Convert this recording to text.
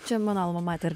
čia manau numatę ir